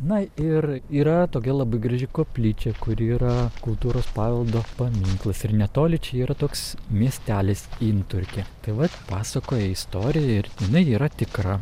na ir yra tokia labai graži koplyčia kuri yra kultūros paveldo paminklas ir netoli čia yra toks miestelis inturkė taip vat pasakoja istoriją ir jinai yra tikra